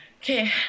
Okay